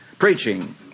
preaching